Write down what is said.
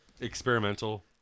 Experimental